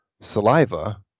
saliva